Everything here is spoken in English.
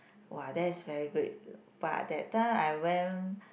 [wah] that is very good but that time I went